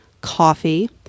coffee